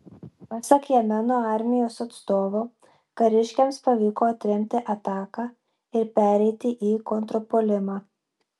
pasak jemeno armijos atstovo kariškiams pavyko atremti ataką ir pereiti į kontrpuolimą